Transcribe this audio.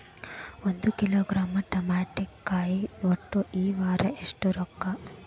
ಒಂದ್ ಕಿಲೋಗ್ರಾಂ ತಮಾಟಿಕಾಯಿ ಒಟ್ಟ ಈ ವಾರ ಎಷ್ಟ ರೊಕ್ಕಾ?